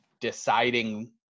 deciding